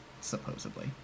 supposedly